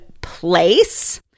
place